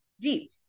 deep